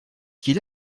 qu’il